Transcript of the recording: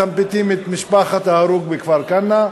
מסמפתים את משפחת ההרוג מכפר-כנא,